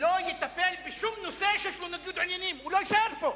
לא יטפל בשום נושא שיש לו ניגוד עניינים בו,